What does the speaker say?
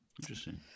Interesting